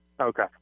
Okay